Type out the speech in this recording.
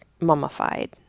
mummified